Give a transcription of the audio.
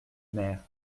mère